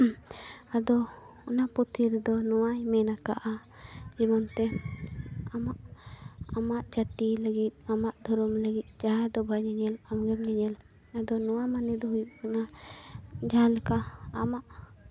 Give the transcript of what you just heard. ᱟᱫᱚ ᱚᱱᱟ ᱯᱩᱛᱷᱤ ᱨᱮᱫᱚ ᱱᱚᱣᱟᱭ ᱢᱮᱱ ᱠᱟᱜᱼᱟ ᱡᱮᱢᱚᱱ ᱛᱮ ᱟᱢᱟᱜ ᱡᱟᱹᱛᱤ ᱞᱟᱹᱜᱤᱫ ᱟᱢᱟᱜ ᱫᱷᱚᱨᱚᱢ ᱞᱟᱹᱜᱤᱫ ᱡᱟᱦᱟᱸᱭ ᱫᱚ ᱵᱟᱭ ᱧᱮᱧᱮᱞ ᱟᱢᱜᱮᱢ ᱧᱮᱧᱮᱞ ᱟᱫᱚ ᱱᱚᱣᱟ ᱢᱟᱱᱮ ᱫᱚ ᱦᱩᱭᱩᱜ ᱠᱟᱱᱟ ᱡᱟᱦᱟᱸ ᱞᱮᱠᱟ ᱟᱢᱟᱜ